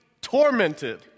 tormented